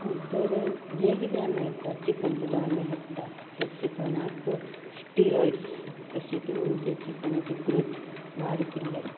तर जें कितें आमी हाडटात चिकन सुद्दां आमी हाडटात त्या चिकनाक स्टिरॉयड्ज अशें दिवन तें चिकनाची ग्रॉथ वाड केल्ली आसता